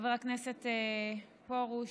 חבר הכנסת פרוש,